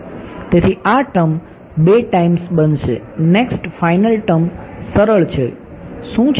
તેથી આ term 2 times બનશે નેક્સ્ટ ફાઇનલ ટર્મ સરળ છે શું છે